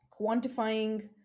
quantifying